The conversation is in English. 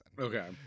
okay